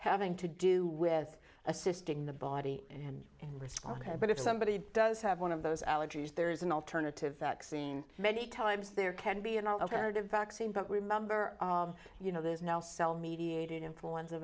having to do with assisting the body and respond but if somebody does have one of those allergies there is an alternative that seeing many times there can be an alternative vaccine but remember you know there's now cell mediated influenza